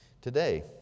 Today